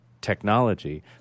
technology